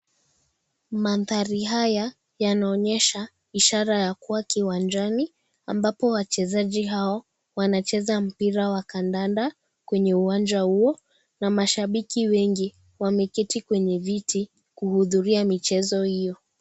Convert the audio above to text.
Mandhari haya yanaonyesha ishara ya kuwa kiwanjani ambapo wachezaji hao wanacheza mpira wa kandanda kwenye uwanja huo Na mashabiki wengi wameketi kwenye viti kuhudhuria michezo hiyo.